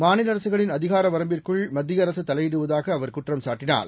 மாநிலஅரசுகளின் அதிகாரவரம்பிற்குள் மத்தியஅரசுதலையிடுவதாகஅவர் குற்றம் சாட்டினார்